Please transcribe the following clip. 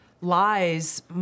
lies